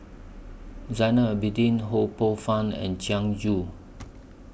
Zainal Abidin Ho Poh Fun and Jiang Ju